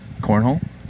Cornhole